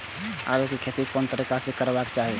आलु के खेती कोन तरीका से करबाक चाही?